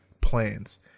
plans